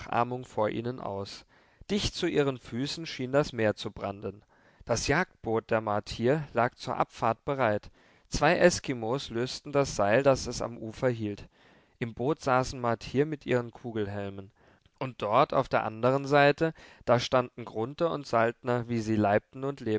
vor ihnen aus dicht zu ihren füßen schien das meer zu branden das jagdboot der martier lag zur abfahrt bereit zwei eskimos lösten das seil das es am ufer hielt im boot saßen martier mit ihren kugelhelmen und dort auf der andern seite da standen grunthe und saltner wie sie leibten und